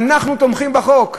אנחנו תומכים בחוק.